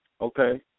Okay